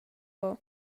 ora